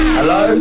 Hello